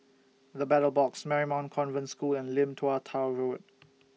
The Battle Box Marymount Convent School and Lim Tua Tow Road